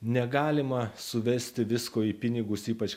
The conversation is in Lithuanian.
negalima suvesti visko į pinigus ypač